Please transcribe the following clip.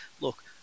look